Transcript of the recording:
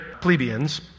plebeians